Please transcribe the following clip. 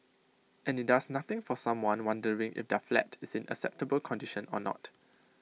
and IT does nothing for someone wondering if their flat is in acceptable condition or not